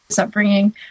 upbringing